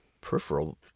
peripheral